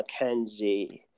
McKenzie